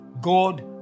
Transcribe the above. God